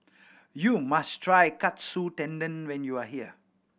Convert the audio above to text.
you must try Katsu Tendon when you are here